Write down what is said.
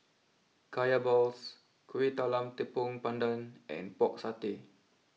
Kaya Balls Kuih Talam Tepong Pandan and Pork Satay